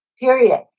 period